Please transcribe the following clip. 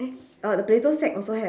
eh uh the potato sack also have